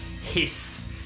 hiss